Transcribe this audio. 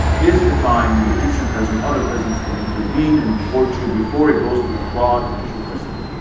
is the time when the egyptian president, other president's can intervene and deport you before it goes through the clogged judicial system.